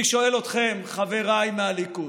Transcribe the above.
אני שואל אתכם, חבריי מהליכוד: